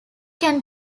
can